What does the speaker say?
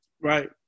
Right